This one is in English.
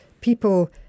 People